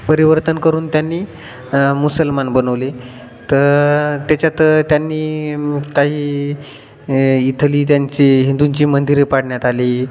परिवर्तन करून त्यांनी मुसलमान बनवले त त्याच्यात त्यांनी काही इथली त्यांची हिंदूंची मंदिरे पाडण्यात आली